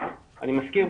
אני מזכיר,